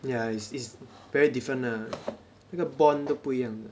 ya it's is very different lah 那个 bond 都不一样